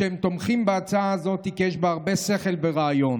שתומכים בהצעה הזאת כי יש בה הרבה שכל ורעיון.